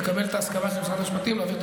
לקבל את ההסכמה של משרד המשפטים להעביר את